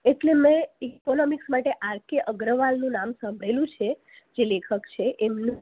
એટલે મી ઇકોનોમિક્સ માટે આર કે અગ્રવાલનું નામ સાંભળેલું છે જે લેખક છે છે એમનું